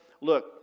look